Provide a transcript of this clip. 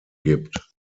gibt